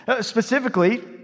Specifically